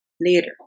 later